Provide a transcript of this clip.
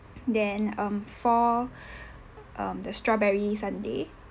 then um four um the strawberry sundae